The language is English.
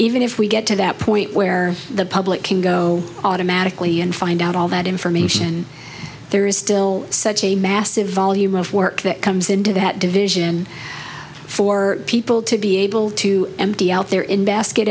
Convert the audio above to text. even if we get to that point where the public can go automatically and find out all that information there is still such a massive volume of work that comes into that division for people to be able to empty out there in basket